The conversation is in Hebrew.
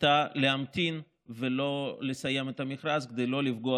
הייתה להמתין ולא לסיים את המכרז כדי לא לפגוע